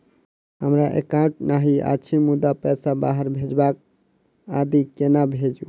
हमरा एकाउन्ट नहि अछि मुदा पैसा बाहर भेजबाक आदि केना भेजू?